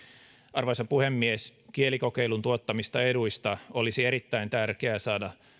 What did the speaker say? arvoisa puhemies kielikokeilun tuottamista eduista olisi erittäin tärkeää saada